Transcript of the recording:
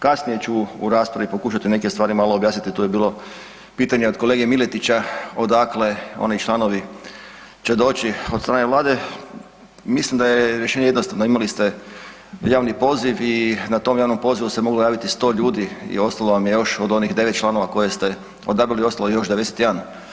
Kasnije ću raspravi pokušati neke stvari malo objasniti, tu je bilo pitanje od kolege Miletića odakle oni članovi će doći od strane Vlade, mislim da je rješenje jednostavno, imali ste javni poziv i na tom javnom pozivu se moglo javiti 100 ljudi i ostalo vam je još od onih devet članova koje ste odabrali ostalo je još 91.